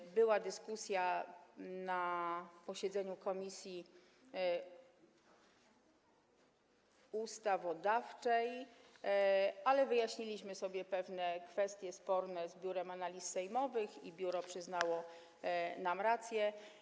Była na ten temat dyskusja na posiedzeniu Komisji Ustawodawczej, ale wyjaśniliśmy sobie pewne kwestie sporne z Biurem Analiz Sejmowych i biuro przyznało nam rację.